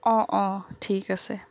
অঁ অঁ ঠিক আছে